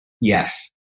Yes